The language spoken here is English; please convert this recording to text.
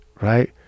Right